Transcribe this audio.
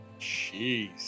jeez